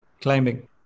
Climbing